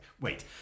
Wait